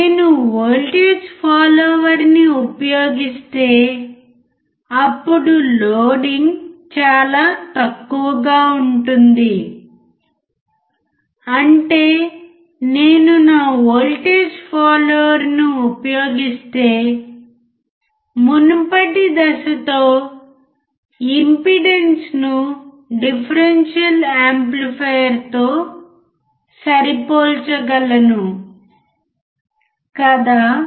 నేను వోల్టేజ్ ఫాలోవర్ని ఉపయోగిస్తే అప్పుడు లోడింగ్ చాలా తక్కువగా ఉంటుంది అంటే నేను నా వోల్టేజ్ ఫాలోవర్ను ఉపయోగిస్తే మునుపటి దశతో ఇంపెడెన్స్ను డిఫరెన్షియల్ యాంప్లిఫైయర్తో సరిపోల్చగలను కదా